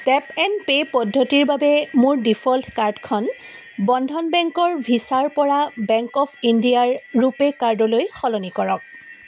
tap and pay পদ্ধতিৰ বাবে মোৰ ডিফ'ল্ট কাৰ্ডখন বন্ধন বেংকৰ ভিছাৰ পৰা বেংক অৱ ইণ্ডিয়াৰ ৰুপে' কাৰ্ডলৈ সলনি কৰক